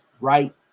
right